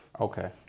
Okay